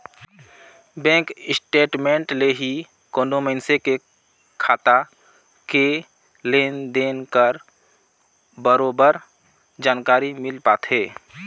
bank statement ले ही कोनो मइनसे के खाता के लेन देन कर बरोबर जानकारी मिल पाथे